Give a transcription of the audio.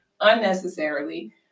unnecessarily